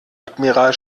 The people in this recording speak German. admiral